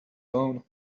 own